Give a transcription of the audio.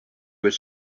were